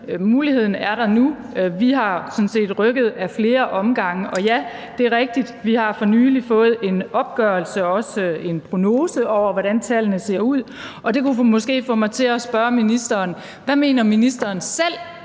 Muligheden er der nu; vi har sådan set rykket ad flere omgange. Og ja, det er rigtigt, at vi for nylig har fået en opgørelse og også en prognose over, hvordan tallene ser ud, og det kunne måske få mig til at spørge ministeren: Hvad mener ministeren selv er